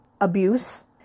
abuse